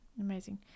amazing